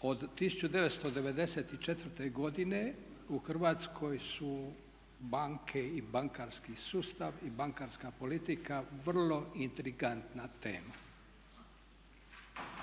od 1994. godine u Hrvatskoj su banke i bankarski sustav i bankarska politika vrlo intrigantna tema i